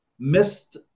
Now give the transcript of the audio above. Missed